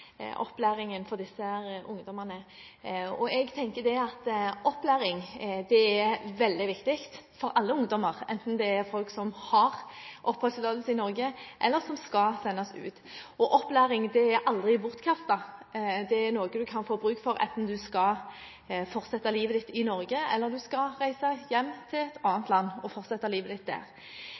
opplæringen for disse ungdommene. Jeg tenker at opplæring er veldig viktig for alle ungdommer, enten det er folk som har oppholdstillatelse i Norge, eller som skal sendes ut. Opplæring er aldri bortkastet. Det er noe du kan få bruk for, enten du skal fortsette livet ditt i Norge, eller om du skal reise hjem til et annet land og fortsette livet ditt der.